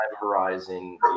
horizon